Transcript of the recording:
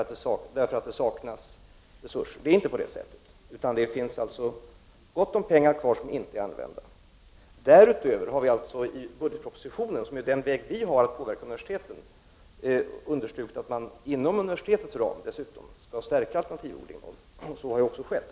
Så är det alltså inte, det finns gott om pengar kvar som inte är använda. Därutöver har vi också i budgetpropositionen, via vilken vi kan påverka universiteten, understrukit att man inom universitetets ram skall stärka alternativodlingen. Så har också skett.